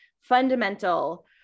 fundamental